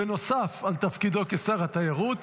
נוסף על תפקידו כשר התיירות,